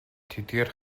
тэдгээр